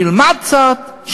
שילמד קצת,